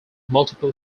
multiple